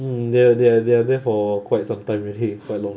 mm there are there are there are there for quite some time already quite long